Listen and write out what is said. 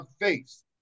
face